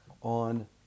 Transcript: on